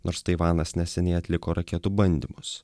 nors taivanas neseniai atliko raketų bandymus